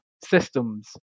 systems